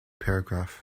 paragraph